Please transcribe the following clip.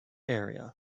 area